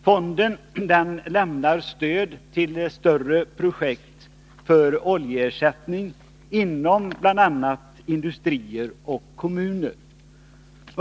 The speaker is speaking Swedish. Fonden lämnar stöd till större projekt för oljeersättning inom bl.a. industrier och kommuner.